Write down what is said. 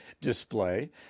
display